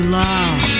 love